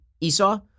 Esau